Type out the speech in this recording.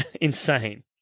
insane